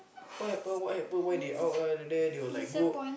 what happen what happen why they out ah like that they were like go